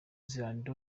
zealand